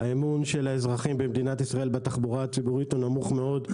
האמון של האזרחים במדינת ישראל בתחבורה הציבורית הוא נמוך מאוד,